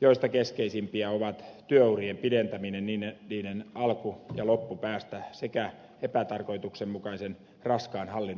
joista keskeisimpiä ovat työurien pidentäminen niiden alku ja loppupäästä sekä epätarkoituksenmukaisen raskaan hallinnon purkaminen